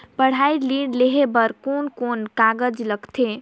पढ़ाई ऋण लेहे बार कोन कोन कागज लगथे?